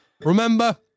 Remember